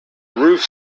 roof